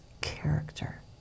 character